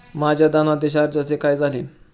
माझ्या धनादेश अर्जाचे काय झाले?